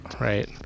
Right